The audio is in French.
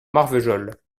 marvejols